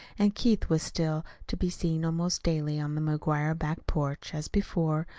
and keith was still to be seen almost daily on the mcguire back porch, as before,